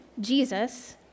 Jesus